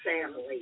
family